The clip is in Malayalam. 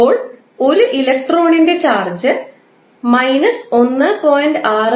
ഇപ്പോൾ1 ഇലക്ട്രോണിന്റെ ചാർജ് −1